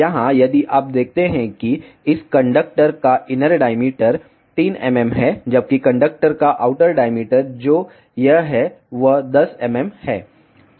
यहां यदि आप देखते हैं कि इस कंडक्टर का इनर डाईमीटर 3 mm है जबकि इस कंडक्टर का आउटर डाईमीटर जो यह है वह 10 mm है